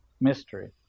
mystery